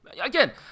Again